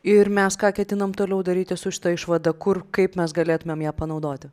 ir mes ką ketinam toliau daryti su šita išvada kur kaip mes galėtumėm ją panaudoti